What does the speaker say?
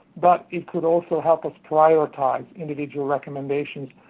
but, it could also help us prioritize individual recommendations,